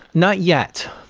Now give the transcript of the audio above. not yet.